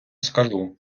скажу